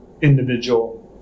individual